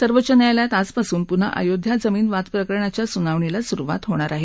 सर्वोच्च न्यायालयात आजपासून पुन्हा अयोध्या जमीन वाद प्रकरणाच्या सुनावणीला सुरुवात होणार आहे